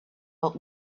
old